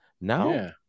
now